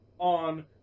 On